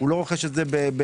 לא רוכש בטלוויזיה.